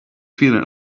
feeling